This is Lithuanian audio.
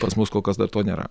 pas mus kol kas dar to nėra